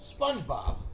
SpongeBob